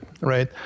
right